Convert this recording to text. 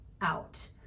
out